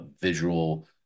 visual